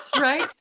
right